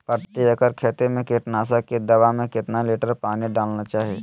प्रति एकड़ खेती में कीटनाशक की दवा में कितना लीटर पानी डालना चाइए?